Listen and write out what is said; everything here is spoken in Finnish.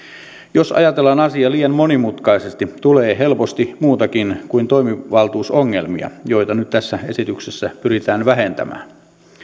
jos ajatellaan asia liian monimutkaisesti tulee helposti muutakin kuin toimivaltuusongelmia joita nyt tässä esityksessä pyritään vähentämään